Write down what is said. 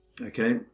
okay